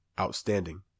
outstanding